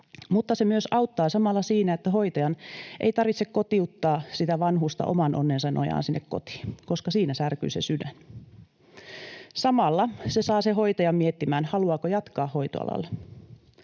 mutta se myös auttaa samalla siinä, että hoitajan ei tarvitse kotiuttaa sitä vanhusta oman onnensa nojaan sinne kotiin, koska siinä särkyy se sydän. Samalla se saa sen hoitajan miettimään, haluaako jatkaa hoitoalalla.